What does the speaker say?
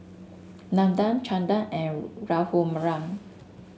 Nathan Chanda and Raghuram